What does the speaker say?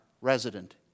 resident